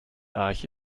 arche